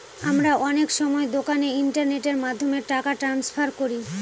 আমরা অনেক সময় দোকানে ইন্টারনেটের মাধ্যমে টাকা ট্রান্সফার করি